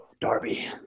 Darby